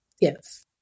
Yes